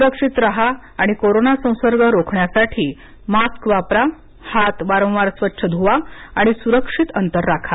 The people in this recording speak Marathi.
सुरक्षित राहा आणि कोरोना संसर्ग रोखण्यासाठी मास्क वापरा हात वारंवार स्वच्छ ध्वा आणि सुरक्षित अंतर राखा